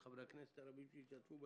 לחברי הכנסת הרבים שהשתתפו בדיון.